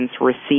receive